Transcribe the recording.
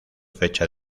fecha